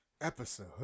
episode